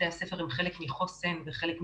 בתי הספר הם חלק מחוסן וחלק מבריאות,